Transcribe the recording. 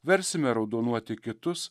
versime raudonuoti kitus